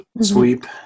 sweep